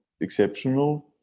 exceptional